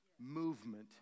movement